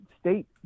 state